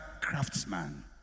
craftsman